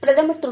பிரதமர் திரு